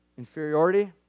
Inferiority